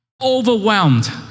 overwhelmed